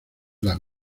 las